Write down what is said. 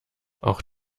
auch